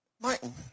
Martin